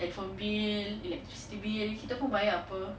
and from bills electricity bills kita pun bayar apa